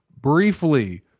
briefly